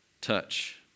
touch